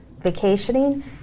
vacationing